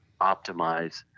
optimize